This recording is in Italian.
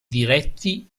diretti